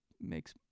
makes